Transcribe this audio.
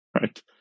right